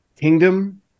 Kingdom